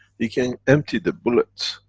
you can empty the bullets,